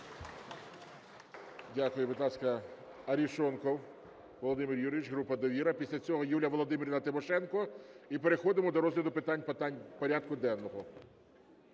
Дякую. Будь ласка, Арешонков Володимир Юрійович, група "Довіра". Після цього Юлія Володимирівна Тимошенко і переходимо до розгляду питань порядку денного.